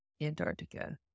Antarctica